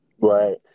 Right